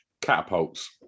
Catapults